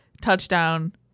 touchdown